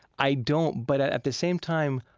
i don't, but at the same time,